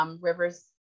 Rivers